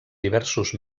diversos